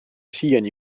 siiani